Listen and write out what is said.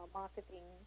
marketing